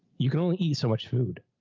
you can only eat so much food.